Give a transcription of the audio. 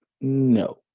no